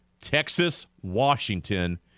Texas-Washington